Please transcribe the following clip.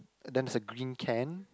then there's a green can